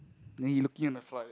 then he looking on the floor like that